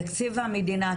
תקציב המדינה,